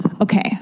Okay